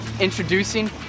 introducing